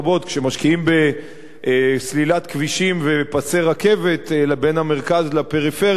כשמשקיעים בסלילת כבישים ובפסי רכבת בין המרכז לפריפריה,